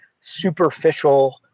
superficial